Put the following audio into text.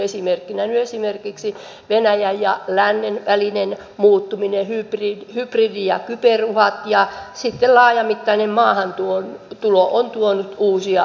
esimerkkinä nyt venäjän ja lännen välien muuttuminen hybridi ja kyberuhat ja sitten laajamittainen maahantulo ovat tuoneet uusia uhkia